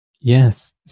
yes